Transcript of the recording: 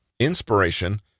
Inspiration